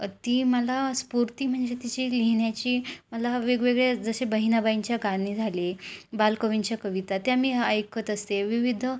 ती मला स्फूर्ती म्हणजे तिची लिहिण्याची मला वेगवेगळे जसे बहिणाबाईंच्या गाणी झाले बालकवींच्या कविता त्या आ मी ऐकत असते विविध